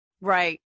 Right